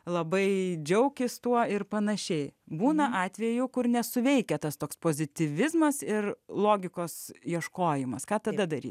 labai džiaukis tuo ir pan būna atvejų kur nesuveikia tas toks pozityvizmas ir logikos ieškojimas ką tada daryti